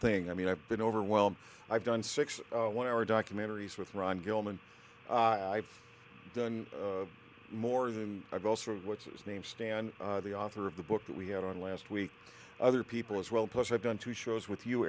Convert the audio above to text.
thing i mean i've been overwhelmed i've done six one hour documentaries with ron gilman i've done more than i've also what's his name stan the author of the book that we had on last week other people as well plus i've done two shows with you